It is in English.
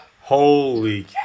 holy